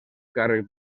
càrrec